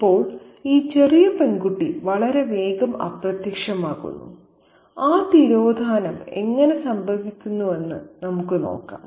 ഇപ്പോൾ ഈ ചെറിയ പെൺകുട്ടി വളരെ വേഗം അപ്രത്യക്ഷമാകുന്നു ആ തിരോധാനം എങ്ങനെ സംഭവിക്കുന്നുവെന്ന് നമുക്ക് നോക്കാം